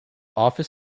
office